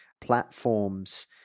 platforms